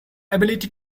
ability